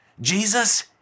Jesus